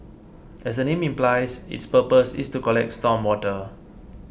as the name implies its purpose is to collect storm water